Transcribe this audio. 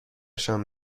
شام